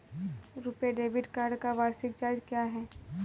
RuPay debit card का वार्षिक charge क्या है?